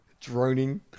Droning